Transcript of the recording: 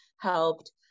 helped